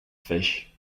fish